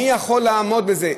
מי יכול לעמוד בזה?